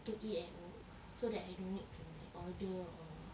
to eat at work so that I don't need to like order or